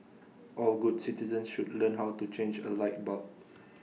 all good citizens should learn how to change A light bulb